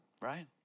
Right